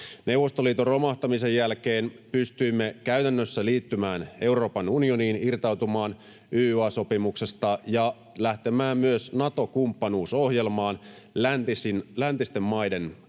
Neuvostoliiton romahtamisen jälkeen pystyimme käytännössä liittymään Euroopan unioniin, irtautumaan YYA-sopimuksesta ja lähtemään myös Nato-kumppanuusohjelmaan läntisten maiden kanssa.